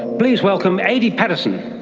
please welcome adi paterson.